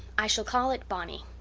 i shall call it bonny.